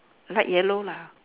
light yellow lah